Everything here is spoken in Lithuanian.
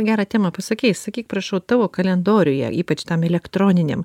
gerą temą pasakei sakyk prašau tavo kalendoriuje ypač tam elektroniniam